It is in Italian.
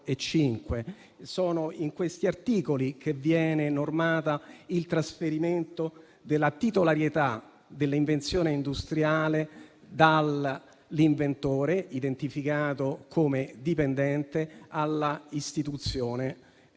3, 4 e 5, in cui viene normato il trasferimento della titolarità dell'invenzione industriale dall'inventore (identificato come dipendente) alla istituzione, in questo